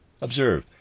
Observe